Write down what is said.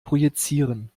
projizieren